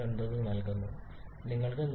90 നൽകുന്നു നിങ്ങൾക്ക് 120